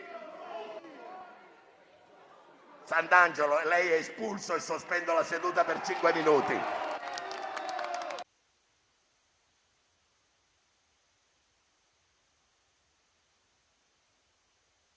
Santangelo, lei è espulso dall'Aula. Sospendo la seduta per cinque minuti.